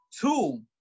Two